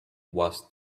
was